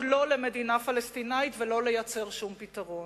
לא למדינה פלסטינית ולא לייצר שום פתרון.